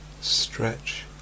stretch